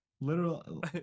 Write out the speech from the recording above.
Literal